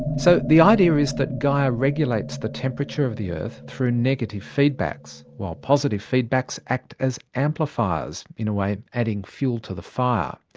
so the idea is that gaia regulates the temperature of the earth through negative feedbacks while positive feedbacks act as amplifiers, in a way adding fuel to the fire.